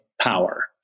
power